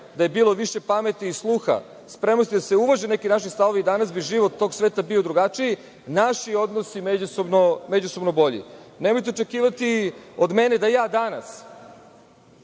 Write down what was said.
da je bilo više pameti i sluha. Spremnosti da se uvaže neki naši stavovi, danas bi život tog sveta bio drugačiji, naši odnosi međusobno bolji. Nemojte očekivati od mene da ja danas